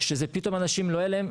שפתאום לאנשים לא יהיה להם,